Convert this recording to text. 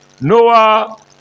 Noah